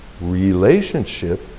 relationship